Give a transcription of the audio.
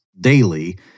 daily